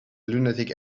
lunatic